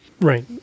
right